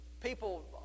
people